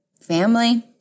Family